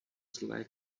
zlé